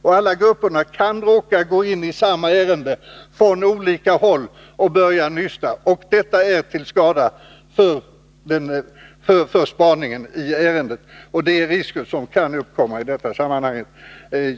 Alla dessa grupper kan råka gå in i samma ärende från olika håll och börja nysta — och det är till skada för spaningen i ärendet. Det är risker som kan uppkomma i detta sammanhang.